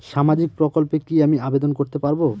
সামাজিক প্রকল্পে কি আমি আবেদন করতে পারবো?